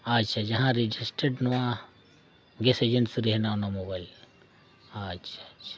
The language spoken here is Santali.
ᱟᱪᱪᱷᱟ ᱡᱟᱦᱟᱸ ᱨᱮᱡᱤᱥᱴᱟᱨᱰ ᱱᱚᱣᱟ ᱜᱮᱥ ᱮᱡᱮᱱᱥᱤ ᱨᱮ ᱦᱮᱱᱟᱜᱼᱟ ᱚᱱᱟ ᱢᱚᱵᱟᱭᱤᱞ ᱟᱪᱪᱷᱟ ᱟᱪᱪᱷᱟ